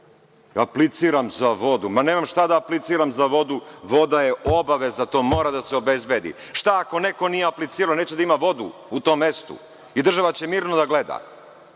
Apliciram za vodu? Ma nemam šta da apliciram za vodu, voda je obaveza, to mora da se obezbedi. Šta ako neko nije aplicirao, neće da ima vodu u tom mestu i država će mirno da gleda?